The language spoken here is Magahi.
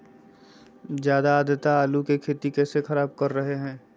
ज्यादा आद्रता आलू की खेती कैसे खराब कर रहे हैं?